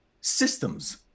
Systems